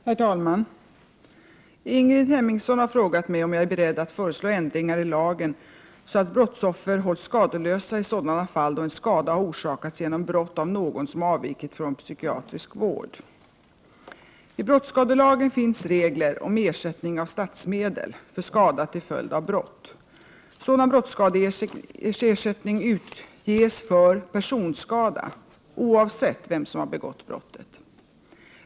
Herr talman! Ingrid Hemmingsson har frågat mig om jag är beredd att föreslå ändringar i lagen, så att brottsoffer hålls skadeslösa i sådana fall då en skada har orsakats genom brott av någon som har avvikit från psykiatrisk vård. I brottsskadelagen finns regler om ersättning av statsmedel för skada till följd av brott. Sådan brottsskadeersättning utges för personskada oavsett vem som har begått brottet.